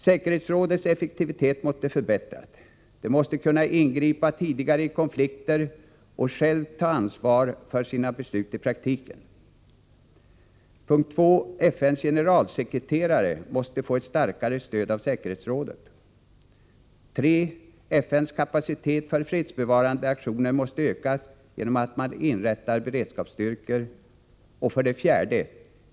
Säkerhetsrådets effektivitet måste förbättras. Det måste kunna ingripa tidigt i konflikter och självt ta ansvar för sina beslut i praktiken. 2. FN:s generalsekreterare måste få ett starkare stöd av säkerhetsrådet. 3. FN:s kapacitet för fredsbevarande aktioner måste ökas genom att man inrättar beredskapsstyrkor. 4.